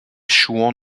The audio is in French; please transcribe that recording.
chouans